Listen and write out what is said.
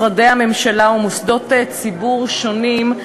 על-ידי משרדי הממשלה ומוסדות ציבור שונים.